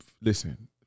listen